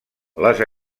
les